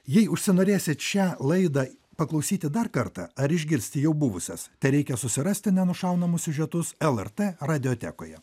jei užsinorėsit šią laidą paklausyti dar kartą ar išgirsti jau buvusias tereikia susirasti nenušaunamus siužetus lrt radijotekoje